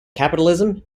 capitalism